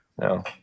No